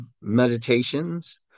meditations